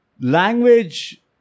Language